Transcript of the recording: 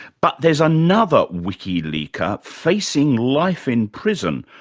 but there's another wiki-leaker facing life in prison,